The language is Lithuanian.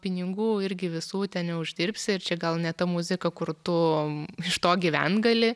pinigų irgi visų ten neuždirbsi ir čia gal ne ta muzika kur tu iš to gyvent gali